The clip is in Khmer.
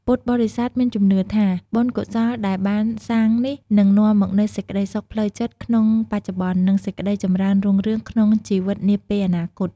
ពុទ្ធបរិស័ទមានជំនឿថា បុណ្យកុសលដែលបានសាងនេះនឹងនាំមកនូវសេចក្ដីសុខផ្លូវចិត្តក្នុងបច្ចុប្បន្ន និងសេចក្ដីចម្រើនរុងរឿងក្នុងជីវិតនាពេលអនាគត។